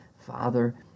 Father